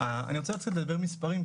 אני רוצה קצת לדבר מספרים,